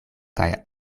kaj